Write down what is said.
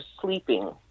sleeping